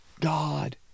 God